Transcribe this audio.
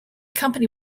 company